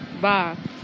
bye